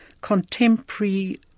contemporary